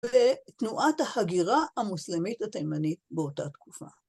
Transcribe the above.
ותנועת ההגירה המוסלמית-התימנית באותה תקופה.